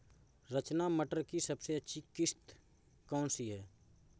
रचना मटर की सबसे अच्छी किश्त कौन सी है?